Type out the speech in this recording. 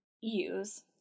use